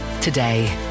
today